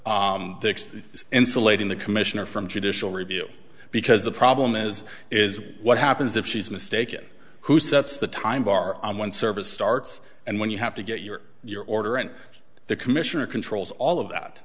insulating the commissioner from judicial review because the problem is is what happens if she's mistaken who sets the time bar on one service starts and when you have to get your your order and the commissioner controls all of that